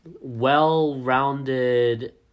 well-rounded